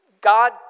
God